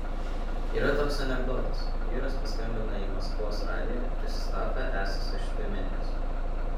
yra toks anekdotas vyras paskambina į maskvos radiją prisistato esąs iš tiumenės